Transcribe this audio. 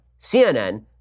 CNN